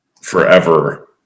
forever